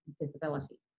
disability